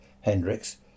Hendrix